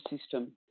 system